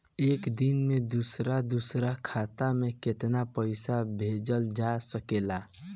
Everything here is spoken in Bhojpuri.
एक दिन में दूसर दूसर खाता में केतना पईसा भेजल जा सेकला?